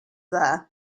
there